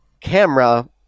camera